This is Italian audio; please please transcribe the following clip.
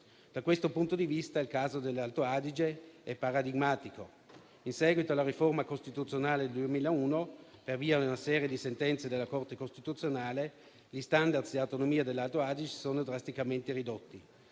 Da questo punto di vista, il caso dell'Alto Adige è paradigmatico: in seguito alla riforma costituzionale del 2001, per via di una serie di sentenze della Corte costituzionale, i suoi *standard* di autonomia si sono drasticamente ridotti,